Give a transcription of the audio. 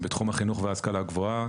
בתחום החינוך וההשכלה הגבוהה,